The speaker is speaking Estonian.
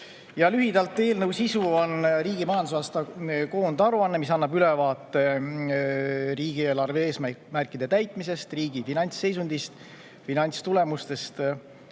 Lühidalt, eelnõu sisu on riigi majandusaasta koondaruanne, mis annab ülevaate riigieelarve eesmärkide täitmisest, riigi finantsseisundist, finantstulemustest